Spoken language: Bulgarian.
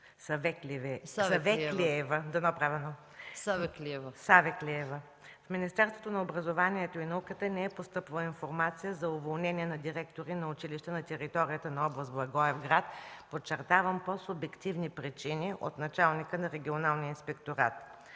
Савеклиева! В Министерството на образованието и науката не е постъпвала информация за уволнение на директори на училища на територията на област Благоевград, подчертавам, по субективни причини от началника на Регионалния инспекторат.